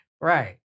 Right